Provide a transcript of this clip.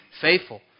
faithful